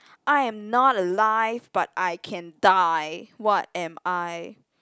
I am not alive but I can die what am I